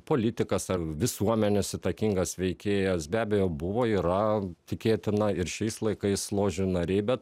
politikas ar visuomenės įtakingas veikėjas be abejo buvo yra tikėtina ir šiais laikais ložių nariai bet